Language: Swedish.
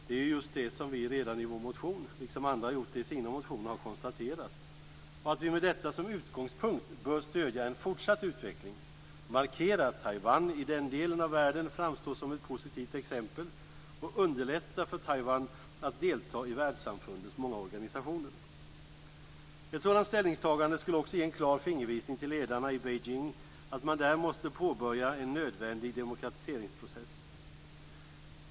Det är just det som vi redan i vår motion, liksom andra gjort det i sina motioner, har konstaterat, och att vi med detta som utgångspunkt bör stödja en fortsatt utveckling, markera att Taiwan i den delen av världen framstår som ett positivt exempel och underlätta för Taiwan att delta i världssamfundets många organisationer. Ett sådant ställningstagande skulle också ge en klar fingervisning till ledarna i Beijing att man där måste påbörja en nödvändig demokratiseringsprocess.